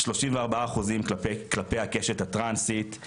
34% כלפי הקשת הטרנסית,